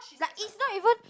she's like is not even